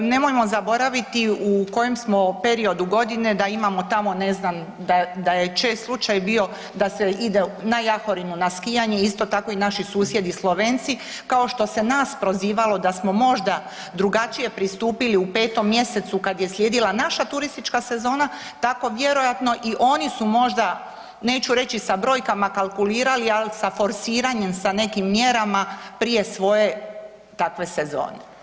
Nemojmo zaboraviti u kojem smo periodu godine da imamo tamo ne znam da je čest slučaj bio da se ide na Jahorinu na skijanje, isto tako i naši susjedi Slovenci kao što se nas prozivalo da smo možda drugačije pristupili u 5. mjesecu kad je slijedila naša turistička sezona tako vjerojatno i oni su možda neću reći sa brojkama kalkulirali, ali sa forsiranjem sa nekim mjerama prije svoje takve sezone.